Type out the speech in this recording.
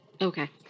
Okay